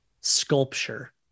sculpture